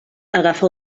agafa